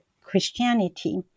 Christianity